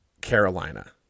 Carolina